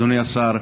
אדוני השר,